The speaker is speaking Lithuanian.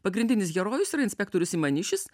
pagrindinis herojus yra inspektorius imanišis